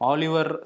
Oliver